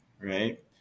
right